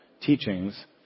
teachings